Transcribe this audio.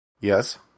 Yes